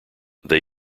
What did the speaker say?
they